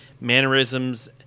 mannerisms